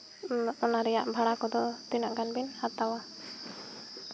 ᱚᱱᱟ ᱨᱮᱭᱟᱜ ᱵᱷᱟᱲᱟ ᱠᱚᱫᱚ ᱛᱤᱱᱟᱹᱜ ᱜᱟᱱ ᱵᱤᱱ ᱦᱟᱛᱟᱣᱟ